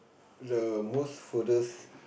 the most furthest